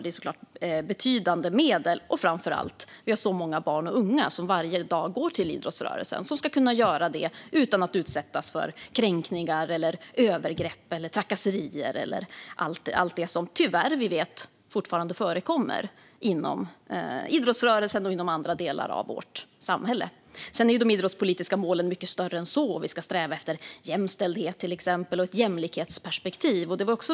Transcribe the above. Det är såklart betydande medel, men framför allt handlar det om de många barn och unga som ska kunna delta i idrottsrörelsen utan att utsättas för kränkningar, övergrepp, trakasserier och annat som tyvärr fortfarande förekommer inom idrottsrörelsen och andra delar av vårt samhälle. Sedan är de idrottspolitiska målen mycket större än så. Vi ska till exempel sträva efter jämställdhet och ett jämlikhetsperspektiv.